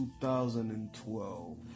2012